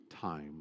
time